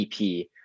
EP